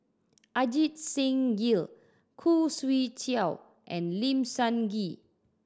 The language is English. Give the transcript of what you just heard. Ajit Singh Gill Khoo Swee Chiow and Lim Sun Gee